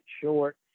short